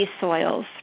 soils